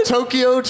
Tokyo